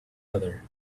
other